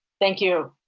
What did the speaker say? thank you.